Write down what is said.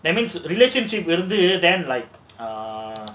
that means relationship will deter them like ah